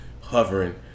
hovering